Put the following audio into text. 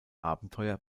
abenteuer